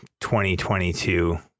2022